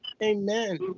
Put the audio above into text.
Amen